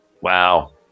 Wow